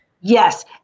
Yes